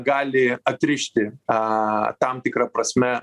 gali atrišti a tam tikra prasme